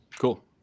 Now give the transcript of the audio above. Cool